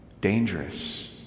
dangerous